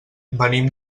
venim